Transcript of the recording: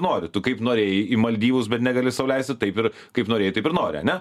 nori tu kaip norėjai į maldyvus bet negali sau leisti taip ir kaip norėjai taip ir nori ane